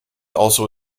also